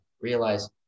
realize